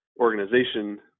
organization